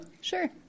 Sure